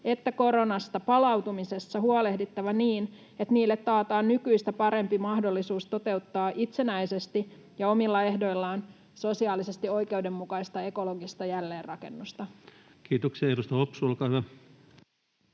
että koronasta palautumisessa huolehdittava niin, että niille taataan nykyistä parempi mahdollisuus toteuttaa itsenäisesti ja omilla ehdoillaan sosiaalisesti oikeudenmukaista ekologista jälleenrakennusta. Kiitoksia. — Edustaja Hopsu, olkaa hyvä.